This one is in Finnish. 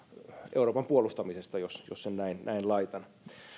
euroopan puolustamisesta jos jos sen näin näin laitan